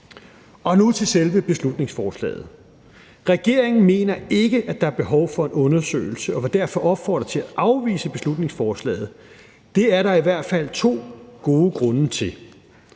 om. Nu til selve beslutningsforslaget. Regeringen mener ikke, at der er behov for en undersøgelse og vil derfor opfordre til at afvise beslutningsforslaget. Det er der i hvert fald to gode grunde til.